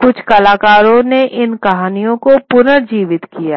कुछ कलाकारों ने इन कहानियों को पुनर्जीवित किया है